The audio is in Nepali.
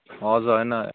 हजुर होइन